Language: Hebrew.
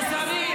מוסרי,